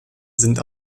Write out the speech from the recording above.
sind